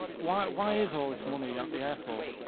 why why is all this money at the airport?